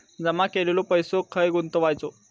जमा केलेलो पैसो खय गुंतवायचो?